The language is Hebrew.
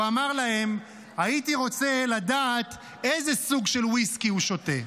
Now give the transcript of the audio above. הוא אמר להם: הייתי רוצה לדעת איזה סוג של ויסקי הוא שותה.